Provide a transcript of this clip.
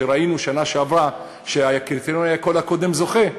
ראינו בשנה שעברה שהקריטריון היה כל הקודם זוכה,